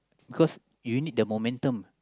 because you need the momentum